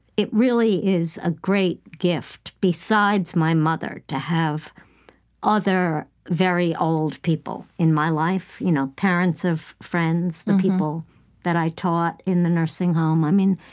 it really is a great gift besides my mother to have other very old people in my life, you know parents of friends, the people that i taught in the nursing home. i mean,